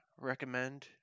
recommend